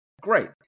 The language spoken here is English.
great